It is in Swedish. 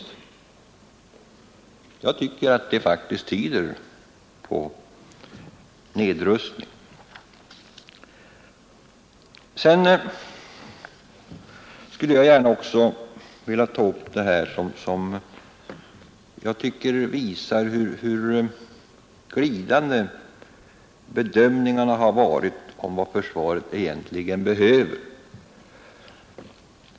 Jag tycker att det faktiskt tyder på nedrustning. Vidare skulle jag gärna vilja ta upp hur glidande bedömningarna har varit om vad försvaret egentligen behöver.